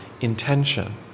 intention